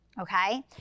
okay